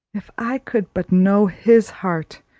if i could but know his heart,